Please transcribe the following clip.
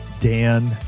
Dan